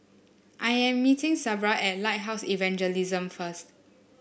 I am meeting Sabra at Lighthouse Evangelism first